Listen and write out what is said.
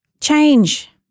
Change